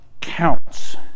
counts